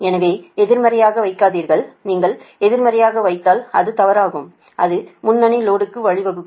எனவே எதிர்மறையாக வைக்காதீர்கள் நீங்கள் எதிர்மறையாக வைத்தால் அது தவறாகும் அது முன்னணி லோடுக்கு வழிவகுக்கும்